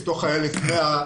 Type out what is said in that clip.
מתוך ה-1,100,